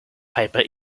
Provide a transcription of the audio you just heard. paper